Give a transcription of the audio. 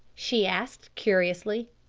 she asked curiously.